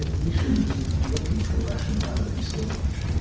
ah we shouldn't be looking for rationality so much,